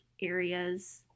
areas